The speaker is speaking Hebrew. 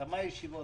בכמה ישיבות